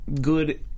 good